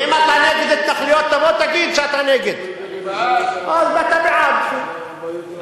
אין אף התנחלות שנבנתה על סמך הדברים האלה.